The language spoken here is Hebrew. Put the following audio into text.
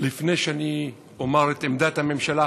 לפני שאני אומר את עמדת הממשלה,